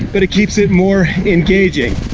but it keeps it more engaging.